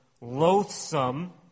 loathsome